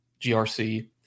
GRC